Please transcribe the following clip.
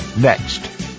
next